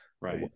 right